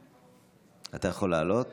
אתה יכול לעלות